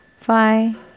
five